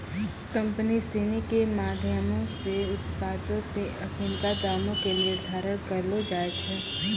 company सिनी के माधयमो से उत्पादो पे अखिनका दामो के निर्धारण करलो जाय छै